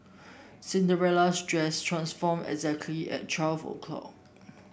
Cinderella's dress transformed exactly at twelve o'clock